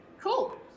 cool